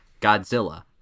Godzilla